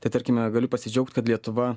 tai tarkime galiu pasidžiaugt kad lietuva